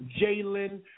Jalen